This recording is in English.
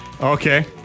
Okay